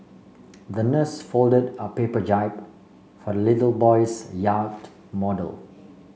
the nurse folded a paper jib for little boy's yacht model